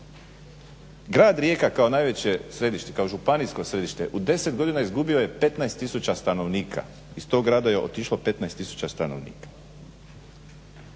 Grad Rijeka kao najveće središte, kao županijsko središte u 10 godina izgubio je 15000 stanovnika. Iz tog grada je otišlo 15000 stanovnika.